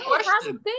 question